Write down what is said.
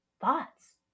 Thoughts